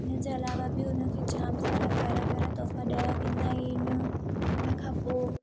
हिन जे अलावा बि उन खे जामु सारा प्यारा प्यारा तोहफ़ा ॾिना वेंदा आहिनि हिन खां पोइ